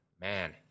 man